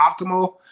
optimal